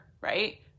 right